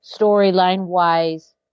storyline-wise